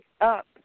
up